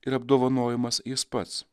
ir apdovanojimas jis pats